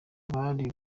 bari